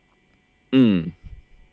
hmm